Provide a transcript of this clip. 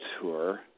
tour